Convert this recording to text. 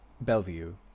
Bellevue